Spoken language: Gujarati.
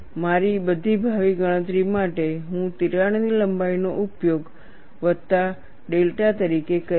મારી બધી ભાવિ ગણતરી માટે હું તિરાડની લંબાઈનો ઉપયોગ વત્તા ડેલ્ટા તરીકે કરીશ